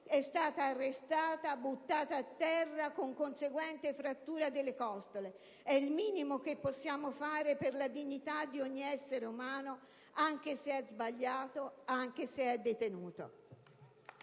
è stata arrestata e buttata a terra, con conseguente frattura delle costole. È il minimo che possiamo fare, per la dignità di ogni essere umano, anche se ha sbagliato, anche se è detenuto.